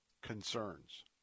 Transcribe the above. concerns